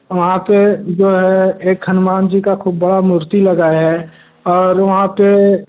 वहाँ पर जो है एक हनुमान जी की ख़ूब बड़ी मूर्ति लगी है और वहाँ पर